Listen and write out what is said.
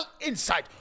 insight